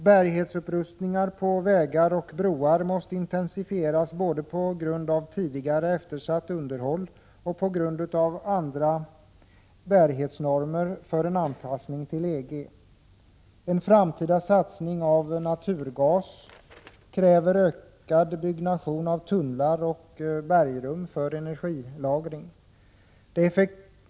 Upprustningen av bärigheten på vägar och broar måste intensifieras både på grund av tidigare eftersatt underhåll och på grund av nya bärighetsnormer som en anpassning till EG. Den framtida satsningen på naturgas kräver ökad byggnation av tunnlar och bergrum för energilagring.